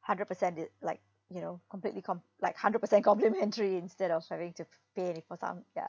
hundred percent di~ like you know completely com~ like hundred percent complimentary instead of having to pay any for some ya